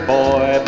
boy